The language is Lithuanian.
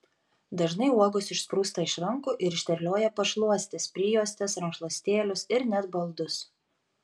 dažnai uogos išsprūsta iš rankų ir išterlioja pašluostes prijuostes rankšluostėlius ir net baldus